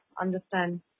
understand